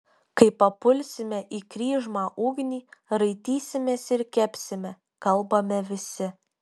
kai papulsime į kryžmą ugnį raitysimės ir kepsime kalbame visi